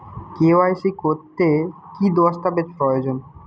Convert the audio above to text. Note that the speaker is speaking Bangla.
কে.ওয়াই.সি করতে কি দস্তাবেজ প্রয়োজন?